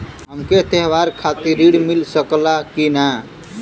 हमके त्योहार खातिर त्रण मिल सकला कि ना?